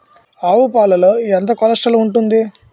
ఆవు పాలలో ఎంత కొలెస్ట్రాల్ ఉంటుంది?